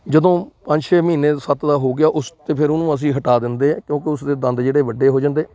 ਜਦੋਂ ਪੰਜ ਛੇ ਮਹੀਨੇ ਸੱਤ ਦਾ ਹੋ ਗਿਆ ਉਸ ਤਾਂ ਫਿਰ ਉਹਨੂੰ ਅਸੀਂ ਹਟਾ ਦਿੰਦੇ ਹੈ ਕਿਉਂਕਿ ਉਸਦੇ ਦੰਦ ਜਿਹੜੇ ਵੱਡੇ ਹੋ ਜਾਂਦੇ